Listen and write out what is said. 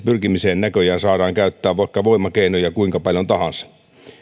pyrkimiseen näköjään saadaan käyttää vaikka voimakeinoja ja kuinka paljon tahansa